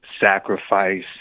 sacrifice